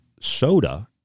soda